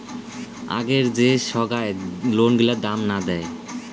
আগের যে সোগায় লোন গুলার দাম না দেয়